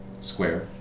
square